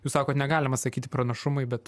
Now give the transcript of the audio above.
jūs sakot negalima sakyti pranašumai bet